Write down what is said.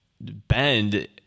bend